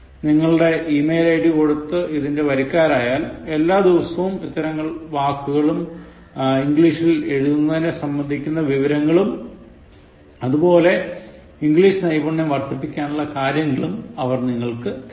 നിങ്ങളുടെ email ID കൊടുത്ത് ഇതിൻറെ വരിക്കാരായാൽ എല്ലാദിവസവും ഇത്തരം വാക്കുകളും ഇംഗ്ലീഷിൽ എഴുതുന്നതിനെ സംബന്ധിക്കുന്ന വിവരങ്ങളും ഇംഗ്ലീഷ് നൈപുണ്യം വർധിപ്പിക്കാനുള്ള കാര്യങ്ങളും അവർ നിങ്ങൾക്കു തരും